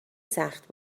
سخت